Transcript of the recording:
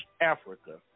Africa